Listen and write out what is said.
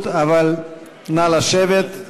כולנו מבינים את ההתרגשות, אבל נא לשבת.